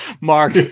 mark